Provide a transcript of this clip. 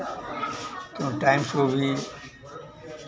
तो टाइम को भी